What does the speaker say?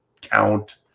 count